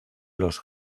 los